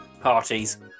parties